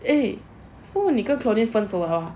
eh so 你跟 kelly 分手 hor